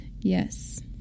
Yes